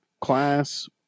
class